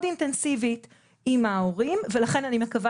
מאוד אינטנסיבית עם ההורים ולכן אני מקווה